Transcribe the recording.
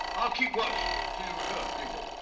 i'll keep watch till you return. thank you.